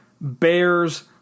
Bears